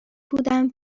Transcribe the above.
بودم